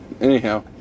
Anyhow